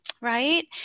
right